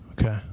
Okay